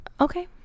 okay